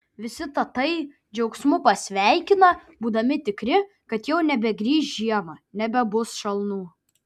visi tatai džiaugsmu pasveikina būdami tikri kad jau nebegrįš žiema nebebus šalnų